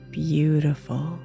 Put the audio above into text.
beautiful